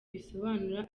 risobanura